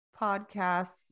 podcasts